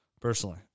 personally